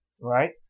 right